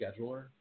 scheduler